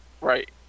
right